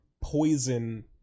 poison